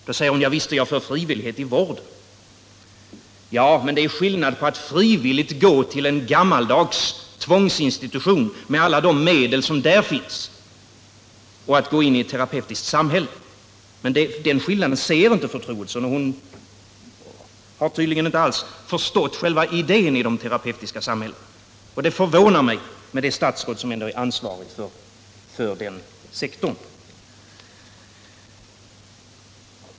Hon sade: Ja visst är jag för frivillighet i vården. Men det är skillnad mellan att ”frivilligt” gå till en gammaldags tvångsinstitution med alla de medel som där finns och att gå in i ett terapeutiskt samhälle! Den skillnaden ser inte fru Troedsson. Hon har tydligen inte alls förstått själva idén med de terapeutiska samhällena. Det förvånar mig — hon är ändå det statsråd som är ansvarig för denna sektor.